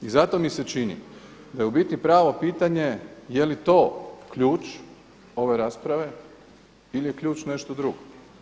I zato mi se čini da je u biti pravo pitanje jeli to ključ ove rasprave ili je ključ nešto drugo?